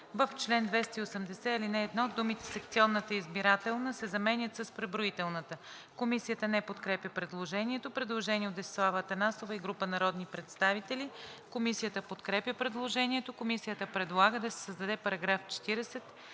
В чл. 280, ал. 1 думите „секционната избирателна“ се заменят с „преброителната“.“ Комисията не подкрепя предложението. Предложение от Десислава Атанасова и група народни представители. Комисията подкрепя предложението. Комисията предлага да се създаде § 40: „§ 40.